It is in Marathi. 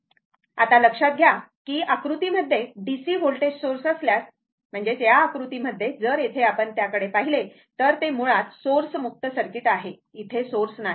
आता लक्षात घ्या की आकृतीमध्ये डीसी व्होल्टेज सोर्स असल्यास या आकृतीमध्ये जर येथे आपण त्याकडे पाहिले तर ते मुळात सोर्स मुक्त सर्किट आहे इथे सोर्स नाही